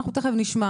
אנחנו תיכף נשמע